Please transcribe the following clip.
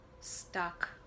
stuck